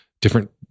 different